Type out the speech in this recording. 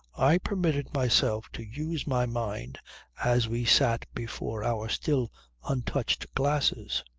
i permitted myself to use my mind as we sat before our still untouched glasses.